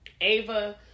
Ava